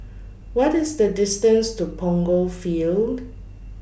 What IS The distance to Punggol Field